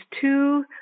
two